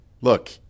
Look